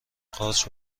قارچ